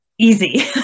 easy